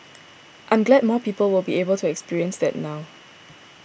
I'm glad more people will be able to experience that now